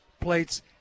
plates